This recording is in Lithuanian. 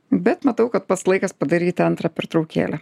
bat matau kad pats laikas padaryti antrą pertraukėlę